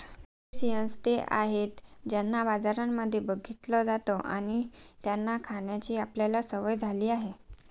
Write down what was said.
crustaceans ते आहेत ज्यांना बाजारांमध्ये बघितलं जात आणि त्यांना खाण्याची आपल्याला सवय झाली आहे